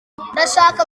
ndashaka